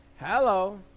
hello